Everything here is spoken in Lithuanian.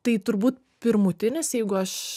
tai turbūt pirmutinis jeigu aš